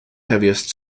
heaviest